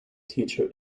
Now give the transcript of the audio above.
teacher